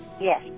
Yes